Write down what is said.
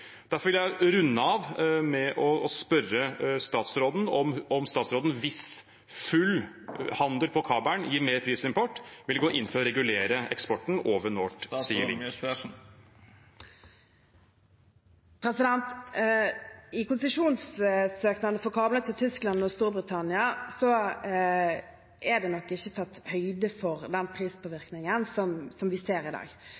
Derfor vil jeg runde av med å spørre statsråden om hun, hvis full handel på kabel gir mer prisimport, vil gå inn for å regulere eksporten over North Sea Link. I konsesjonssøknaden for kablene til Tyskland og Storbritannia er det nok ikke tatt høyde for den prispåvirkningen som vi ser i dag.